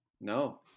No